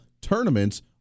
tournaments